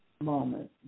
Moment